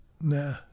Nah